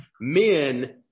Men